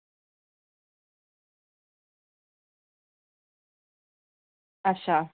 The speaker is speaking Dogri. अच्छा